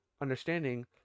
understanding